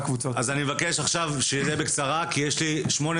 יש לי בשורה